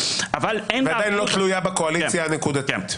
ועדיין לא תלויה בקואליציה הנקודתית.